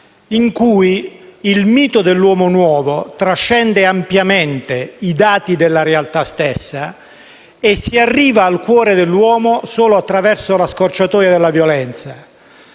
in cui il mito dell'uomo nuovo trascende ampiamente i dati della realtà stessa e si arriva al cuore dell'uomo solo attraverso la scorciatoia della violenza.